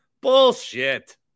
Bullshit